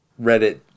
Reddit